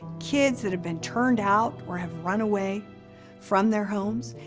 kids that have been turned out or have run away from their homes,